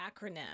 acronym